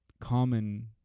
common